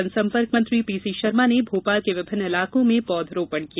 जनसंपर्क मंत्री पीसीशर्मा ने भोपाल के विभिन्न इलाको में पौधरोपण किया